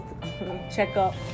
checkup